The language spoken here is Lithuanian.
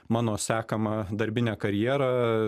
mano sekamą darbinę karjerą